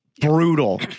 brutal